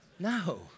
No